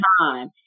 time